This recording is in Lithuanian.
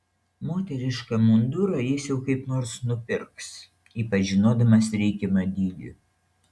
moterišką mundurą jis jau kaip nors nupirks ypač žinodamas reikiamą dydį